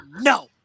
no